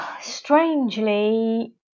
strangely